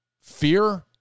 Fear